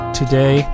today